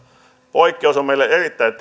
poikkeus on meille erittäin